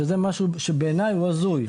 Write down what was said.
וזה משהו שהוא בעיני הזוי.